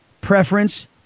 preference